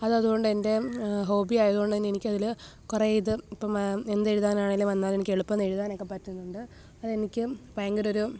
അത് അതുകൊണ്ട് എന്റെ ഹോബി ആയതുകൊണ്ട് തന്നെ എനിക്കതില് കുറെ ഇത് ഇപ്പം എന്തെഴുതാനാണെങ്കിലും വന്നാലും എനിക്ക് എളുപ്പം എഴുതാനൊക്കെ പറ്റുന്നുണ്ട് അതെനിക്ക് ഭയങ്കര ഒരു